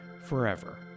forever